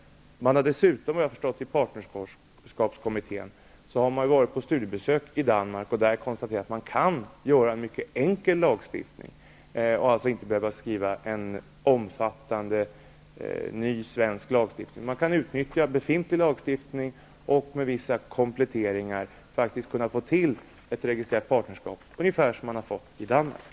Såvitt jag förstår har man i partnerskapskommittén dessutom varit på studiebesök i Danmark och där konstaterat att man kan göra en mycket enkel lagstiftning och att man alltså inte behöver skriva en omfattande ny svensk lagstiftning. Man kan utnyttja befintlig lagstiftning och med vissa kompletteringar få till ett registrerat partnerskap, ungefär på samma sätt som man har i